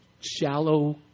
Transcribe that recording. shallow